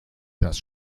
das